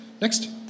Next